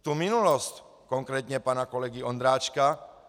Tu minulost, konkrétně pana kolegy Ondráčka.